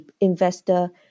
investor